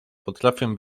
potrafię